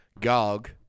gog